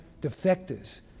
defectors